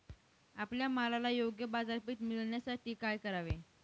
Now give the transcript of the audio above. आपल्या मालाला योग्य बाजारपेठ मिळण्यासाठी काय करावे?